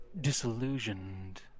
disillusioned